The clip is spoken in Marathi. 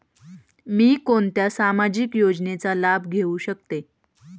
मी कोणत्या सामाजिक योजनेचा लाभ घेऊ शकते?